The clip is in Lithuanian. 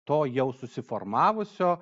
to jau susiformavusio